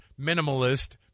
minimalist